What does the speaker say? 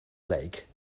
lake